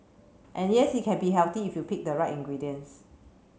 and yes it can be healthy if you pick the right ingredients